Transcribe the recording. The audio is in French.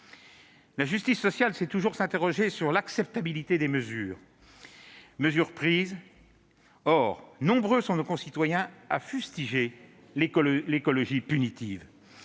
de justice sociale, c'est toujours s'interroger sur l'acceptabilité des mesures prises. Or nombreux sont nos concitoyens à fustiger « l'écologie punitive